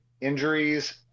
injuries